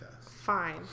fine